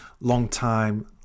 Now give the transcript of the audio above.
longtime